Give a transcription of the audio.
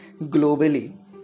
globally